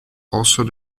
also